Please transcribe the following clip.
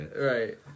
Right